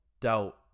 doubt